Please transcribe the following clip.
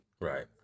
right